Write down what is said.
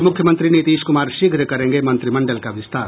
और मुख्यमंत्री नीतीश कुमार शीघ्र करेंगे मंत्रिमंडल का विस्तार